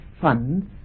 funds